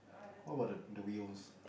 how about the two wheels